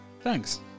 Thanks